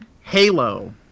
Halo